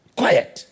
quiet